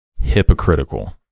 hypocritical